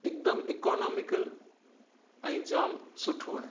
हिकदमि ईकोनोमीकल ऐं जामु सुठो आहे